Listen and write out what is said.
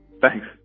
Thanks